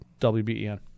WBEN